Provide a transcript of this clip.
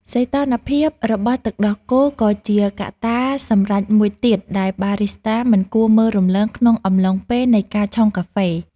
សីតុណ្ហភាពរបស់ទឹកដោះគោក៏ជាកត្តាសម្រេចមួយទៀតដែលបារីស្តាមិនគួរមើលរំលងក្នុងអំឡុងពេលនៃការឆុងកាហ្វេ។